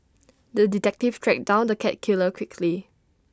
the detective tracked down the cat killer quickly